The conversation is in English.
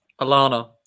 alana